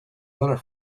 weather